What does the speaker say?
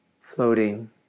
floating